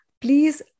Please